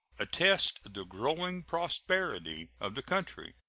attest the growing prosperity of the country,